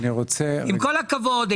עם כל הכבוד,